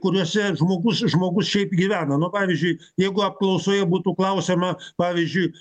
kuriose žmogus žmogus šiaip gyvena nu pavyzdžiui jeigu apklausoje būtų klausiama pavyzdžiui